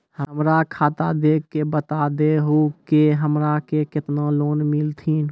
हमरा खाता देख के बता देहु के हमरा के केतना लोन मिलथिन?